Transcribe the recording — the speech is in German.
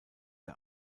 der